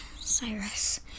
Cyrus